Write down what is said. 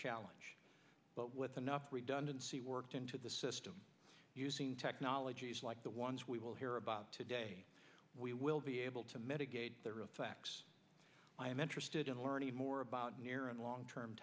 challenge but with enough redundancy worked into the system using technologies like the ones we will hear about today we will be able to mitigate their effects i am interested in learning more about near and long term